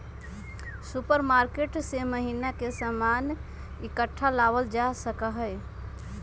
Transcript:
supermarket से महीना के सामान इकट्ठा लावल जा सका हई